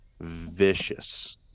vicious